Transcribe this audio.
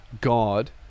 God